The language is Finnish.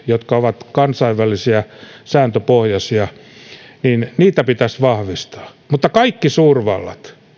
jotka ovat kansainvälisiä ja sääntöpohjaisia pitäisi vahvistaa mutta kaikki suurvallat